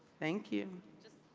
thank you.